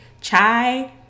Chai